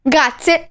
Grazie